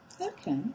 Okay